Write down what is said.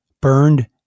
burned